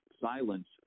Silence